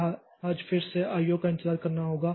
लिहाज फिर से आईओ का इंतजार करना होगा